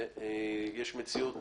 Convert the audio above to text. יש מציאות